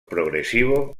progresivo